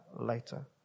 later